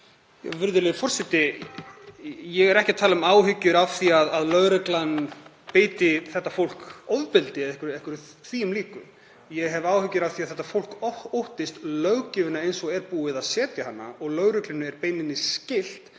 Ég er ekki að tala um áhyggjur af því að lögreglan beiti þetta fólk ofbeldi eða einhverju því um líku. Ég hef áhyggjur af því að þetta fólk óttist löggjöfina eins og búið er að setja hana niður og lögreglunni er beinlínis skylt